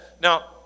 Now